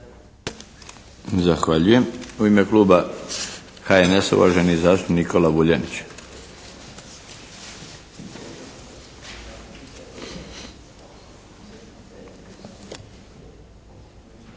Zahvaljujem. U ime kluba HNS-a, uvaženi zastupnik Nikola Vuljanić.